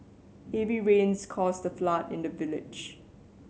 heavy rains caused the flood in the village